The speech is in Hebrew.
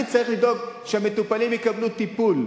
אני צריך לדאוג שהמטופלים יקבלו טיפול,